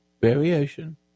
Variation